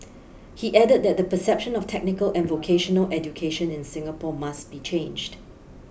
he added that the perception of technical and vocational education in Singapore must be changed